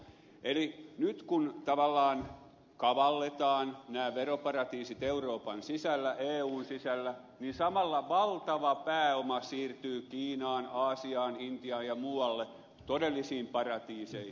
eli nyt kun tavallaan kavalletaan nämä veroparatiisit euroopan sisällä eun sisällä niin samalla valtava pääoma siirtyy kiinaan aasiaan intiaan ja muualle todellisiin paratiiseihin